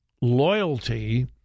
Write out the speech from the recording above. loyalty